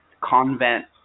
convent